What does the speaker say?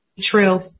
true